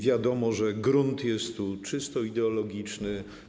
Wiadomo, że grunt jest tu czysto ideologiczny.